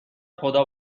خدا